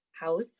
house